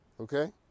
Okay